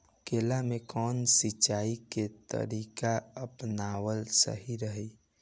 केला में कवन सिचीया के तरिका अपनावल सही रही?